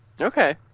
Okay